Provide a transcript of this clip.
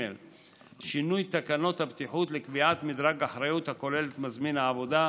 שינוי תקנות הבטיחות לקביעת מדרג האחריות הכולל את מזמין העבודה,